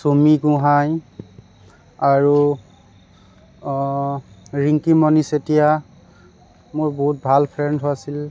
চুমি গোহাঁই আৰু ৰিংকিমণি চেতিয়া মোৰ বহুত ভাল ফ্ৰেণ্ড আছিল